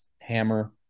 hammer